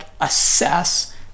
assess